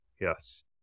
Yes